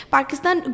Pakistan